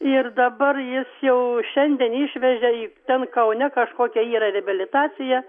ir dabar jis jau šiandien išvežė į ten kaune kažkokia yra reabilitacija